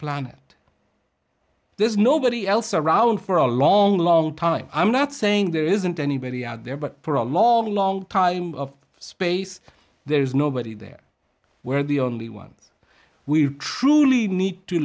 planet there's nobody else around for a long long time i'm not saying there isn't anybody out there but for a long long time of space there is nobody there where the only ones we truly need to